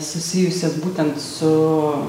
susijusias būtent su